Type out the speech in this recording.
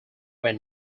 were